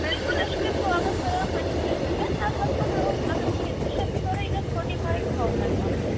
بِلکُل أسۍ چھِ تۄہہِ سواگَت کَران پَننہِ دِل سۭتۍ امہِ لگ بگ ہُہ اگر أسۍ کَنسیٚشٮ۪ن تہِ کَرو یہِ گَژھِ فوٹی فایِو تھاوزَنٛٹ تام